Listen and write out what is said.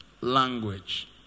language